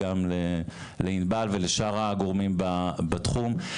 גם לענבל וגם לשאר הגורמים בתחום,